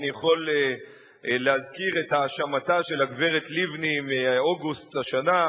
אני יכול להזכיר את האשמתה של הגברת לבני מאוגוסט השנה,